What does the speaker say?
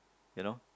you know